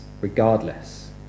regardless